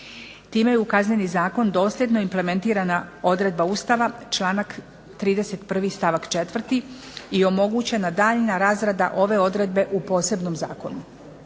Time je u Kazneni zakon dosljedno implementirana odredba Ustava, članak 31. stavak 4. i omogućena daljnja razrada ove odredbe u posebnom zakonu.